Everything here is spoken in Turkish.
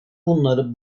bunları